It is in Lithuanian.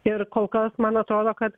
ir kol kas man atrodo kad